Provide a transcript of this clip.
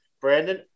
Brandon